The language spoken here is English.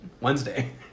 Wednesday